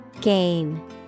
Gain